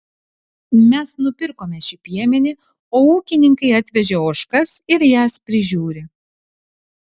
mes nupirkome šį piemenį o ūkininkai atvežė ožkas ir jas prižiūri